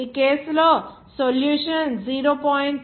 ఈ కేసు లో సొల్యూషన్ 0